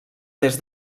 des